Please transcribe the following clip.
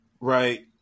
right